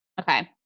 Okay